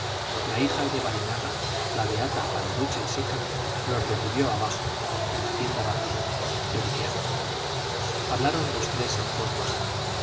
la hija de barinaga la beata paliducha y seca los recibió abajo en la tienda vacía lloriqueando hablaron los tres en voz baja